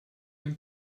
den